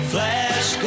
Flash